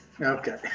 Okay